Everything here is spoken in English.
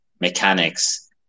mechanics